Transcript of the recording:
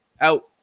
Out